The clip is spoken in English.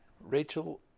Rachel